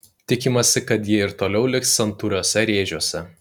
tikimasi kad ji ir toliau liks santūriuose rėžiuose